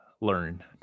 learn